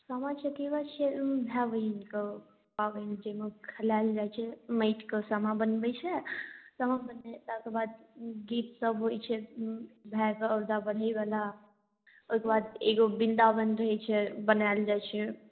सामा चकेबा खेलमे भाय बहिनके पाबनिके अइमे खेलाइल जाइ छै माटिके सामा बनबै छै सामा बनेलाके बाद गीत सभ होइ छै भायके औरदा बढ़ैवला ओइके बाद एगो वृन्दावन रहै छै बनायल जाइ छै